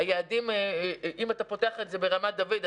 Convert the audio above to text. אם אתה פותח את זה ברמת דוד,